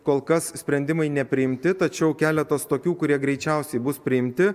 kol kas sprendimai nepriimti tačiau keletas tokių kurie greičiausiai bus priimti